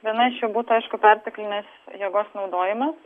viena iš jų būtų aišku perteklinės jėgos naudojimas